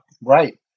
right